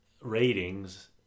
ratings